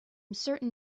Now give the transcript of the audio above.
certain